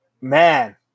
Man